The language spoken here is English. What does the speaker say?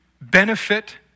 benefit